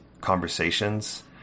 conversations